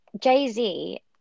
Jay-Z